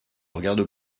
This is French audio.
regarde